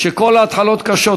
שכל ההתחלות קשות,